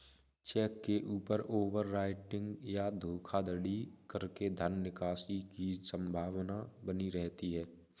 check के ऊपर overwriting या धोखाधड़ी करके धन निकासी की संभावना बनी रहती है